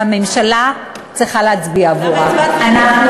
והממשלה צריכה להצביע עבורן.